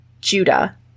Judah